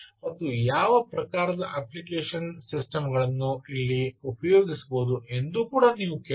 ಮತ್ತು ಯಾವ ಪ್ರಕಾರದ ಅಪ್ಲಿಕೇಶನ್ ಸಿಸ್ಟಮ್ ಗಳನ್ನುಇಲ್ಲಿ ಉಪಯೋಗಿಸಬಹುದು ಎಂದು ನೀವು ಕೇಳಬಹುದು